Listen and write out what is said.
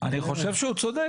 אני חושב שהוא צודק,